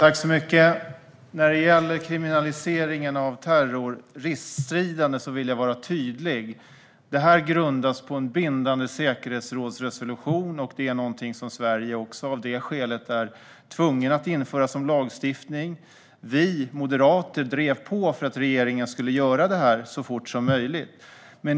Fru talman! När det gäller kriminaliseringen av terroriststridande vill jag vara tydlig. Det grundas på en bindande säkerhetsresolution. Det är någonting som Sverige också av det skälet är tvungen att införa som lagstiftning. Vi moderater drev på för att regeringen skulle göra det så fort som möjligt.